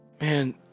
Man